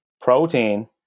protein